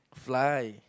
fly